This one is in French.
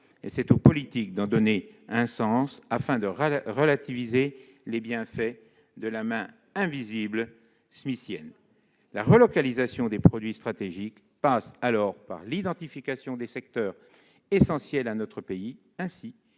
revient au politique de lui donner un sens afin de relativiser les bienfaits de la main invisible smithienne. La relocalisation des productions stratégiques passe alors par l'identification des secteurs essentiels à notre pays, ainsi que par des mesures